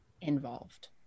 involved